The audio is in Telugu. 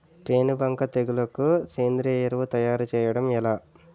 పేను బంక తెగులుకు సేంద్రీయ ఎరువు తయారు చేయడం ఎలా?